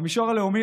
במישור הלאומי,